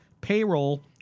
payroll